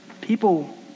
people